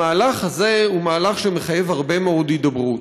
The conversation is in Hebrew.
המהלך הזה הוא מהלך שמחייב הרבה מאוד הידברות.